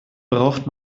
braucht